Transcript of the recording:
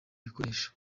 bikoresho